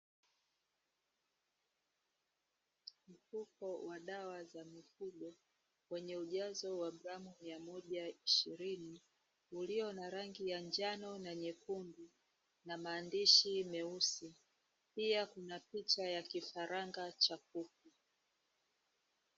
Mfuko wa dawa za mifugo wenye ujazo wa gramu mia moja ishirini, ulio na rangi ya njano na nyekundu na maandishi meusi. Pia kuna picha ya kifaranga cha kuku.